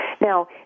Now